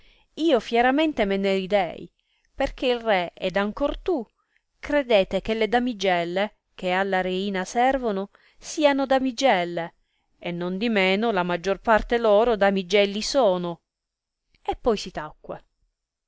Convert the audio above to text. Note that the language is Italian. io fieramente me ne ridei perchè il re ed ancor tu credete che le damigelle che alla reina serveno siano damigelle e nondimeno la maggior parte loro damigelli sono e poi si tacque